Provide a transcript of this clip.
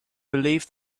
believe